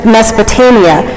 Mesopotamia